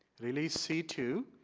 release c two,